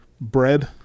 bread